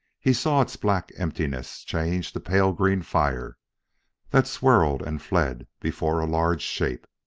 he saw its black emptiness change to pale green fire that swirled and fled before a large shape.